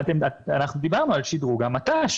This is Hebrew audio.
אנחנו דיברנו על שדרוג המט"ש,